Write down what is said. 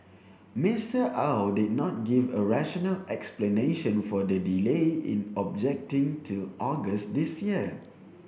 Mister Au did not give a rational explanation for the delay in objecting till August this year